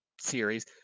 series